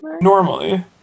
normally